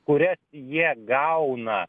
kurią jie gauna